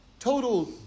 Total